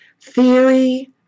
theory